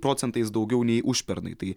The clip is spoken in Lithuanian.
procentais daugiau nei užpernai tai